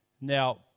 Now